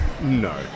No